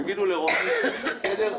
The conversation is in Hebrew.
תגידו לרוני חזקיהו,